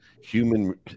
human